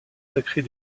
sacrée